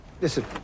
Listen